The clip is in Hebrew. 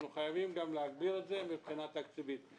אנחנו חייבים גם להגדיר את זה מבחינה תקציבית.